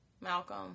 Malcolm